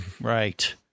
Right